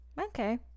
Okay